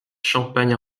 champagne